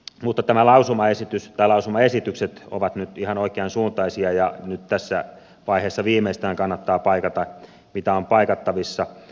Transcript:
mutta nämä lausumaesitykset ovat nyt ihan oikeansuuntaisia ja nyt tässä vaiheessa viimeistään kannattaa paikata mitä on paikattavissa